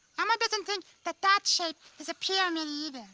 um doesn't think that that shape is a pyramid either.